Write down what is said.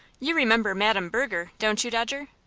you remember madam berger, don't you, dodger?